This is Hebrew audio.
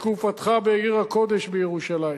בתקופתך בעיר הקודש, בירושלים.